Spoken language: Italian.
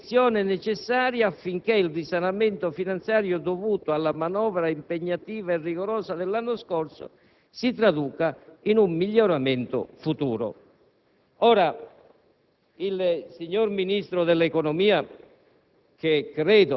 Una crescita robusta e sensibile è condizione necessaria affinché il risanamento finanziario dovuto alla manovra impegnativa e rigorosa dell'anno scorso si traduca in un miglioramento duraturo».